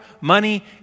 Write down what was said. money